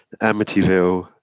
Amityville